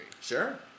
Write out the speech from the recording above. Sure